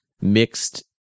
mixed